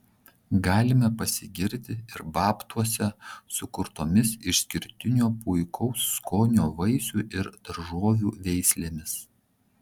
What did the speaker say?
galime pasigirti ir babtuose sukurtomis išskirtinio puikaus skonio vaisių ir daržovių veislėmis